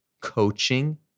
coaching